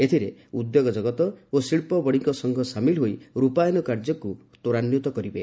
ଏଥିରେ ଉଦ୍ୟୋଗ ଜଗତ ଓ ଶିଳ୍ପ ବଣିକ ସଂଘ ସାମିଲ ହୋଇ ରୁପାୟନ କାର୍ଯ୍ୟକୁ ତ୍ୱରାନ୍ୱିତ କରିବେ